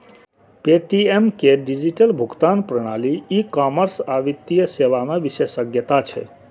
Paytm के digital भुगतान प्रणाली, ई कॉमर्स आ वित्तीय सेवा मे विशेषज्ञता छै